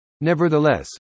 Nevertheless